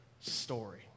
story